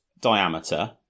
diameter